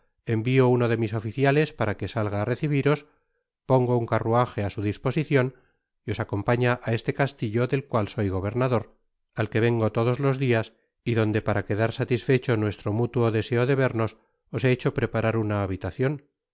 envio uno de mis oficiales para que salga á recibiros pongo un carruaje á su disposicion y os acompaña a este castillo del cual soy gobernador al que vengo todos los dias y donde para quedar satisfecho nuestro múluo deseo de vernos os he hecho preparar una habitacion